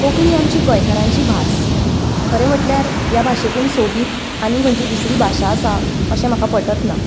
कोंकणी आमची गोंयकारांची भास खरें म्हणल्यार ह्या भाशेकून सोबीत आनी खंयची दुसरी भाशा आसा अशें म्हाका पटच ना